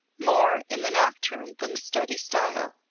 more in the nocturne than study style.